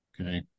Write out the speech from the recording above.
Okay